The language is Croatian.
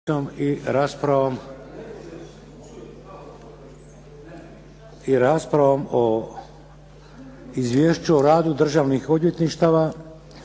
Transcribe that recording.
"Prihvaća se izvješće o radu državnih odvjetništava